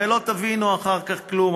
הרי לא תבינו אחר כך כלום,